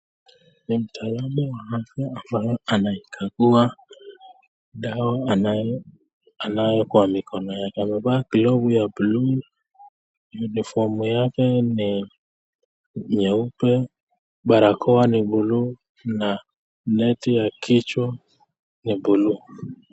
Ni mtaalamu wa afya ambaye anaikagua dawa anayo kwa mikono yake, amevaa glovu ya buluu, unifomu yake ni nyeupe, barakoa ni buluu na neti ya kichwa ni buluu.